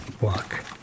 walk